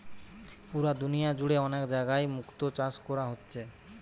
পুরা দুনিয়া জুড়ে অনেক জাগায় মুক্তো চাষ কোরা হচ্ছে